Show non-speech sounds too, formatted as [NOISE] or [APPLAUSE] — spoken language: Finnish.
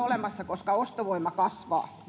[UNINTELLIGIBLE] olemassa koska ostovoima kasvaa